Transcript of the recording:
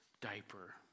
diaper